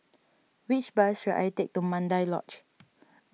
which bus should I take to Mandai Lodge